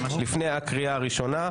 לפני הקריאה הראשונה.